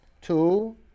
Two